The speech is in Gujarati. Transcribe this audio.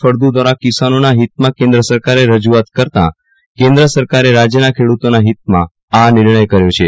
ફળદ્દ દ્વારા કિસાનોના હિતમાં કેન્દ્ર સરકારે રજૂઆત કરાતા કેન્દ્ર સરકારે રાજ્યના ખેડૂતોના હિતમાં આ નિર્ણય કર્યો છે